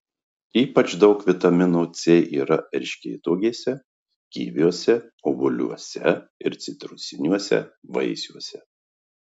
ypač daug vitamino c yra erškėtuogėse kiviuose obuoliuose ir citrusiniuose vaisiuose